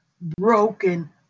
broken